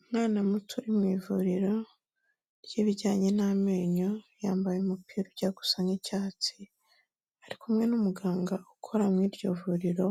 Umwana muto uri mu ivuriro ry'ibijyanye n'amenyo, yambaye umupira ujya gusa n'icyatsi, ari kumwe n'umuganga ukora muri iryo vuriro,